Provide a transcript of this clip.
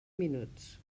minuts